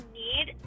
need